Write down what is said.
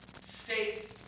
state